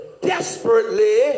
desperately